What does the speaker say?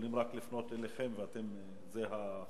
שיכולים רק לפנות אליכם ואתם, זה החוק?